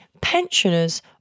pensioners